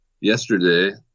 Yesterday